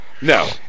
No